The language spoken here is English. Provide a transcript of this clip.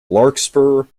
larkspur